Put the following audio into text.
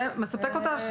זה מספק אותך?